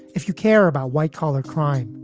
if you care about white collar crime,